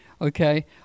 okay